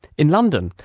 in london,